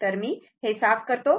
तर मी हे साफ करतो